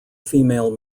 female